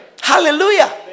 Hallelujah